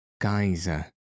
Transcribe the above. Geyser